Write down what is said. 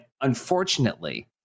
unfortunately